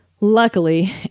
Luckily